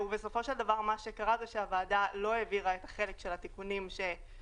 בסופו של דבר הוועדה לא העבירה את החלק של התיקונים שנגע